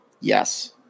Yes